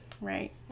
Right